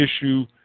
issue